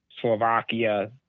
Slovakia